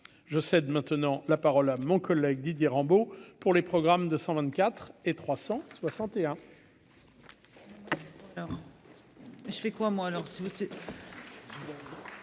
je sais maintenant la parole à mon collègue Didier Rambaud pour les programmes de 124 et 361.